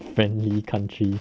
friendly country